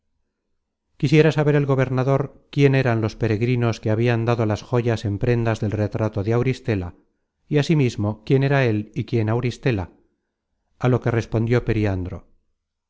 quisiera saber el gobernador quién eran los peregrinos que habian dado las joyas en prendas del retrato de auristela y asimismo quién era él y quién auristela á lo que respondió periandro